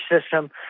system